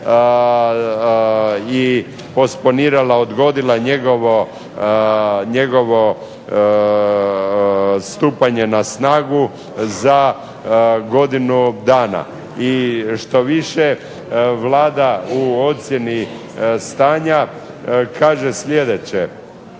i postponirala, odgodila njegovo stupanje na snagu za godinu dana. I štoviše, Vlada u ocjeni stanja kaže sljedeće,